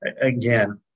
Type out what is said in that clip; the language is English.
again